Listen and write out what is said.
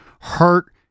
hurt